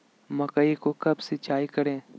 मकई को कब सिंचाई करे?